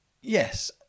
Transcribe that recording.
yes